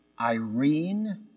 Irene